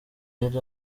yari